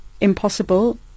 Impossible